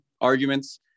arguments